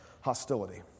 hostility